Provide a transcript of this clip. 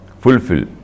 fulfill